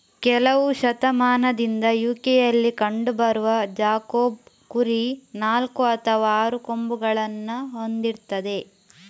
ಕೆಲವು ಶತಮಾನದಿಂದ ಯು.ಕೆಯಲ್ಲಿ ಕಂಡು ಬರುವ ಜಾಕೋಬ್ ಕುರಿ ನಾಲ್ಕು ಅಥವಾ ಆರು ಕೊಂಬುಗಳನ್ನ ಹೊಂದಿರ್ತದೆ